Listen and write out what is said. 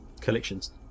collections